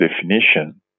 definition